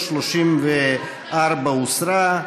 34 הוסרה.